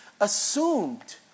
assumed